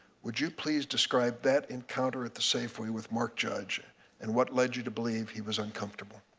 would you please describe that encounter at the safeway with mark judge and what led you to believe he was uncomfortable?